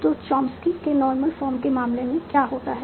तो चॉम्स्की के normal form के मामले में क्या होता है